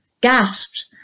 gasped